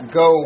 go